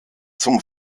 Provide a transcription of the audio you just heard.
zum